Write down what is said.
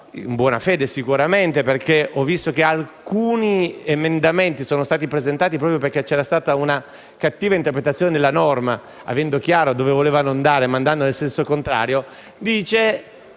buona fede, perché ho visto che alcuni emendamenti sono stati presentati proprio perché c'era stata una cattiva interpretazione della norma, avendo chiaro dove volessero andare ma finendo coll'andare nel senso contrario).